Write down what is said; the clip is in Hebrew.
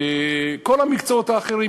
כל המקצועות האחרים,